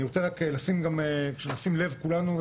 אני רוצה שנשים לב כולנו,